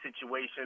situation